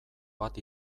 bat